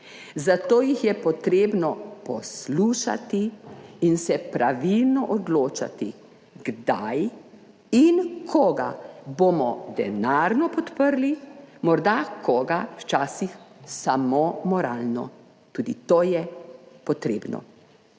zato jih je potrebno poslušati in se pravilno odločati, kdaj in koga bomo denarno podprli, morda koga včasih samo moralno, tudi to je potrebno.